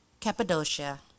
Cappadocia